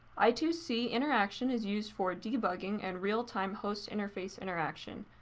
i two c interaction is used for debugging and real time host interface interaction,